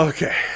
Okay